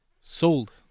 sold